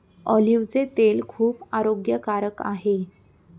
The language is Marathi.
ऑलिव्हचे तेल खूप आरोग्यकारक आहे